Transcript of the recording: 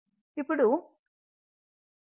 ఇప్పుడు Iab Yab Vfg